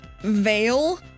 veil